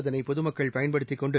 அதனை பொதுமக்கள் பயன்படுத்திக் கொண்டு